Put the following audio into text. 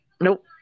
Nope